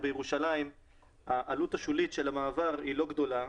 בירושלים העלות השולית של המעבר היא לא גדולה,